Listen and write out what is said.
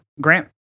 Grant